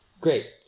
Great